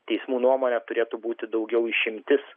teismų nuomone turėtų būti daugiau išimtis